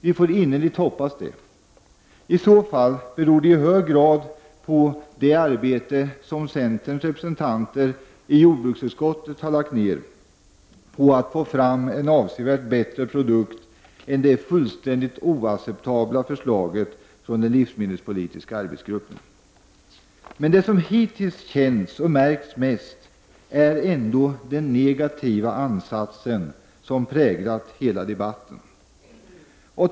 Vi får innerligt hoppas det. I så fall beror det i hög grad på det arbete som centerns representanter i jordbruksutskottet har lagt ned på att få fram en avsevärt bättre produkt än det fullständigt oacceptabla förslaget från den livsmedelspolitiska arbetsgruppen. Det som hittills känts och märkts mest är ändå den negativa ansats som präglat hela debatten.